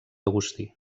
agustí